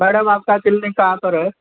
madam आपका clinic कहाँ पर है